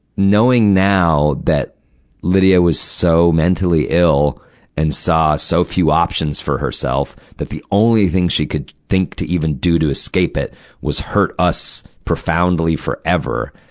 knowing now that lydia was so mentally ill and saw so few options for herself, that the only thing she could think to even do to escape it was hurt us profoundly forever,